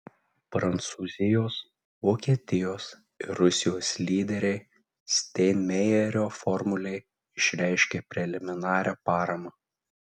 prancūzijos vokietijos ir rusijos lyderiai steinmeierio formulei išreiškė preliminarią paramą